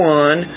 one